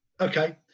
Okay